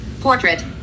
Portrait